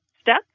step